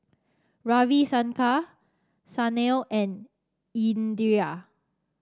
Ravi Shankar Sanal and Indira